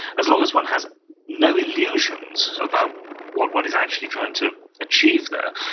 as long as one has no illusions about what one is actually trying to achieve there,